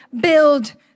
build